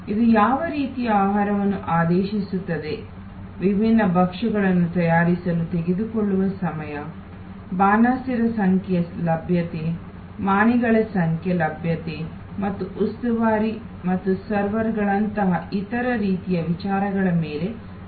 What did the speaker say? ಇದು ಯಾವ ರೀತಿಯ ಆಹಾರವನ್ನು ಆದೇಶಿಸುತ್ತದೆ ವಿಭಿನ್ನ ಭಕ್ಷ್ಯಗಳನ್ನು ತಯಾರಿಸಲು ತೆಗೆದುಕೊಳ್ಳುವ ಸಮಯ ಬಾಣಸಿಗರ ಸಂಖ್ಯೆಯ ಲಭ್ಯತೆ ಮಾಣಿಗಳ ಸಂಖ್ಯೆ ಲಭ್ಯತೆ ಮತ್ತು ಉಸ್ತುವಾರಿಗಳು ಮತ್ತು ಸರ್ವರ್ಗಳಂತಹ ಇತರ ರೀತಿಯ ವಿಚಾರಗಳ ಮೇಲೆ ಅವಲಂಬಿತವಾಗಿರುತ್ತದೆ